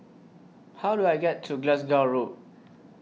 How Do I get to Glasgow Road